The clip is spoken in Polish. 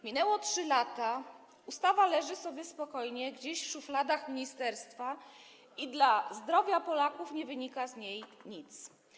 Minęły 3 lata, ustawa leży sobie spokojnie gdzieś w szufladach ministerstwa i dla zdrowia Polaków nie wynika z niej nic.